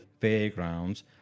fairgrounds